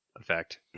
effect